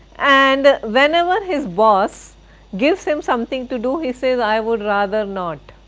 and whenever his boss gives him something to do, he says i would rather not.